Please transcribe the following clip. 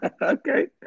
Okay